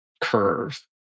curve